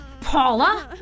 Paula